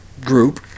group